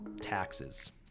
taxes